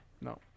No